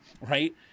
right